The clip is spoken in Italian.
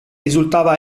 risultava